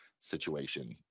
situation